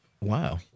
wow